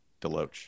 Deloach